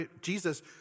Jesus